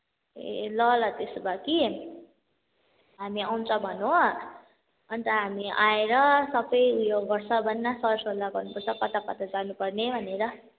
ए ल ल त्यसो भए कि हामी आउँछ भन् हो अनि त हामी आएर सबै ऊ यो गर्छ भन् न सरसल्लाह गर्नुपर्छ कता कता जानुपर्ने भनेर